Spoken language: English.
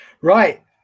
right